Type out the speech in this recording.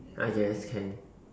I guess can